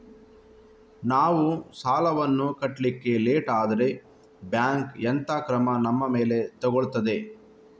ನಾವು ಸಾಲ ವನ್ನು ಕಟ್ಲಿಕ್ಕೆ ಲೇಟ್ ಆದ್ರೆ ಬ್ಯಾಂಕ್ ಎಂತ ಕ್ರಮ ನಮ್ಮ ಮೇಲೆ ತೆಗೊಳ್ತಾದೆ?